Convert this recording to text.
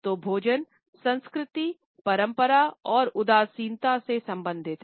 तो भोजन संस्कृति परंपरा और उदासीनता से संबंधित है